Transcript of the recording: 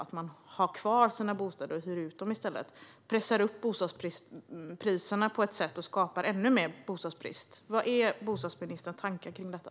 Att man har kvar sin bostad och hyr ut den pressar upp bostadspriserna på ett sätt som skapar ännu mer bostadsbrist. Vad är bostadsministerns tankar kring detta?